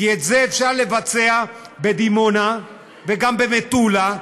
כי את זה אפשר לבצע בדימונה וגם במטולה.